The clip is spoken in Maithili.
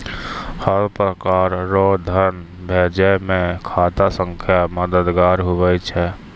हर प्रकार रो धन भेजै मे खाता संख्या मददगार हुवै छै